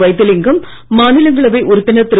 வைத்திலிங்கம் மாநிலங்களவை உறுப்பினர் திரு